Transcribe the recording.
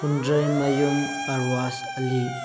ꯐꯟꯗ꯭ꯔꯩꯃꯌꯨꯝ Arwas ꯑꯂꯤ